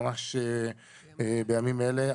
ממש בימים אלה,